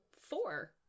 four